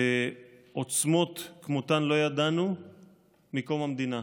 בעוצמות שכמותן לא ידענו מקום המדינה.